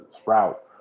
sprout